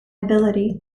ability